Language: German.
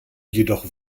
jedoch